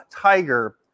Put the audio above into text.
Tiger